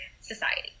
society